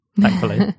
thankfully